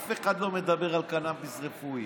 אף אחד לא מדבר על קנביס רפואי.